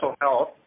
health